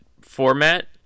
format